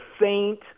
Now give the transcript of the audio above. Saint